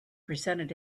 presented